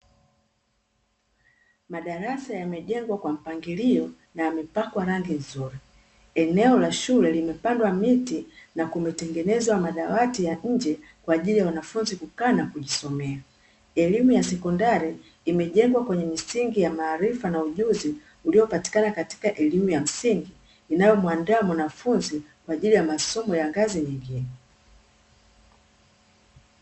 Madarasa yamejengwa kwa mpangilio na yamepakwa rangi nzuri, eneo la shule limepandwa miti na kumetengenezwa madawati ya nje kwa ajili ya wanafunzi kukaa na kujisomea, elimu ya sekondari imejengwa kwenye misingi ya maarifa na ujuzi uliopatikana katika elimu ya msingi, inayomwandaa mwanafunzi kwa ajili ya masomo ya ngazi nyingine.